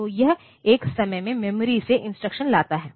तो यह एक समय में मेमोरी से इंस्ट्रक्शन लाता है